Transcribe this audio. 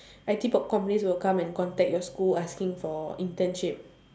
I_T pop companies will come and contact your school asking for internship